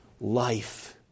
life